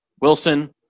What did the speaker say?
Wilson